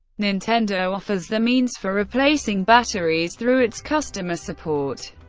nintendo offers the means for replacing batteries through its customer support.